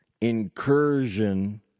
incursion